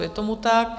Je tomu tak.